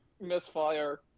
Misfire